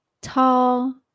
Tall